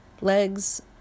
legs